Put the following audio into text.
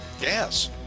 Gas